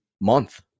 month